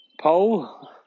pole